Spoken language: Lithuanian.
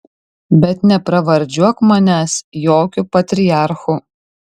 bet nepravardžiuok manęs jokiu patriarchu